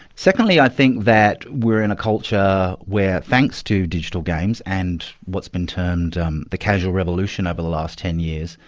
secondly, i think that we're in a culture where, thanks to digital games and what's been termed um the casual revolution over the last ten years,